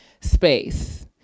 space